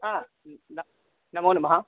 न नमो नमः